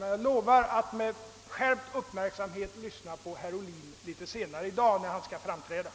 Jag lovar emellertid att med skärpt uppmärksamhet lyssna på herr Ohlin när han framträder litet senare i dag.